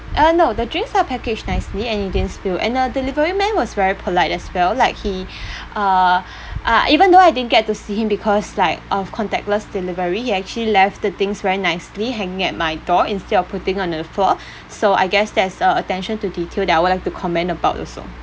uh no the drinks are packaged nicely and it didn't spill and the delivery man was very polite as well like he uh uh even though I didn't get to see him because like of contactless delivery he actually left the things very nicely hanging at my door instead of putting on the floor so I guess there's a attention to detail that I would like to commend about also